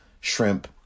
shrimp